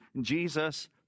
Jesus